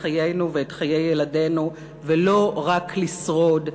חיינו ואת חיי ילדינו ולא רק לשרוד,